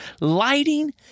Lighting